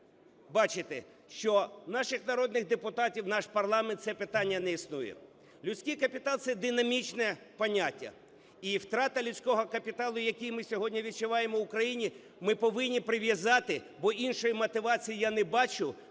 бачити: що в наших народних депутатів, наш парламент - це питання не існує. Людський капітал – це динамічне поняття. І втрата людського капіталу, який ми сьогодні відчуваємо у країні, ми повинні прив'язати, бо іншої мотивації я не бачу